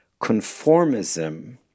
conformism